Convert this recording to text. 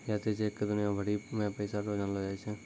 यात्री चेक क दुनिया भरी मे पैसा रो जानलो जाय छै